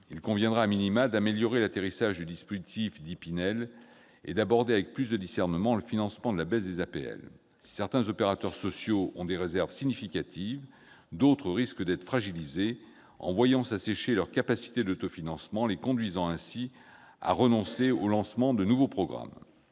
Il conviendrait,, d'améliorer l'atterrissage du dispositif Pinel et d'aborder avec plus de discernement le financement de la baisse des APL. Si certains opérateurs sociaux disposent de réserves significatives, d'autres risquent d'être fragilisés par l'assèchement de leurs capacités d'autofinancement et seront conduits à renoncer au lancement de nouveaux programmes.